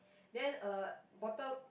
then uh bottom